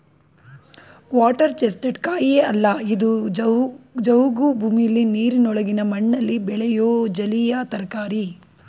water chestnut ಕಾಯಿಯೇ ಅಲ್ಲ ಇದು ಜವುಗು ಭೂಮಿಲಿ ನೀರಿನೊಳಗಿನ ಮಣ್ಣಲ್ಲಿ ಬೆಳೆಯೋ ಜಲೀಯ ತರಕಾರಿ